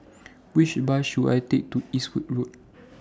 Which Bus should I Take to Eastwood Road